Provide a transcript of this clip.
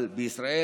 אבל בישראל,